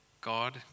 God